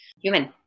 human